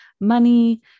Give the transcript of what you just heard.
money